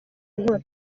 nkora